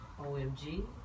OMG